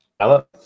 Hello